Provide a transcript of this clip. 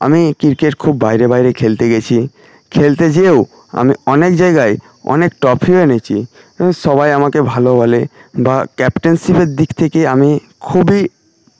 আমি ক্রিকেট খুব বাইরে বাইরে খেলতে গেছি খেলতে যেও আমি অনেক জায়গায় অনেক ট্রফিও এনেছি ই সবাই আমাকে ভালো বলে বা ক্যাপ্টেনশিপের দিক থেকে আমি খুবই